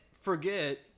forget